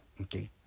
Okay